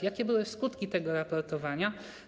Jakie były skutki tego raportowania?